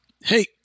Hey